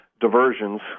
diversions